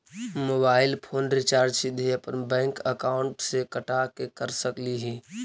Mobile phone recharge सीधे अपन bank account से कटा के कर सकली ही?